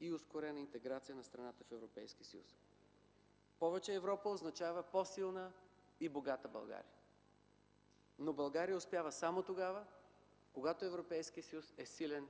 и ускорена интеграция на страната в Европейския съюз. Повече Европа означава по-силна и богата България. Но България успява само тогава, когато Европейският съюз е силен